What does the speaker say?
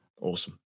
Awesome